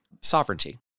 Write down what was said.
sovereignty